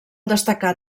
destacar